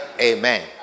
Amen